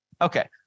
Okay